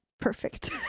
perfect